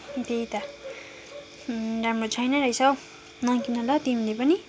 त्यही त राम्रो छैन रहेछ हौ नकिन ल तिमीले पनि